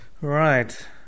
Right